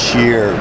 year